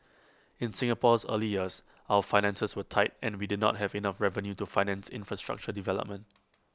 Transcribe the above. in Singapore's early years our finances were tight and we did not have enough revenue to finance infrastructure development